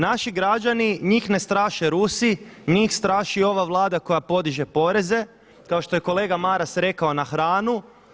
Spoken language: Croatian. Naši građani, njih ne straše Rusi, njih straši ova Vlada koja podiže poreze kao što je kolega Maras rekao na hranu.